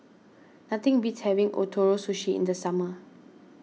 nothing beats having Ootoro Sushi in the summer